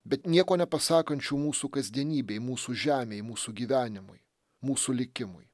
bet nieko nepasakančių mūsų kasdienybei mūsų žemei mūsų gyvenimui mūsų likimui